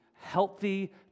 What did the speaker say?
healthy